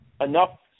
enough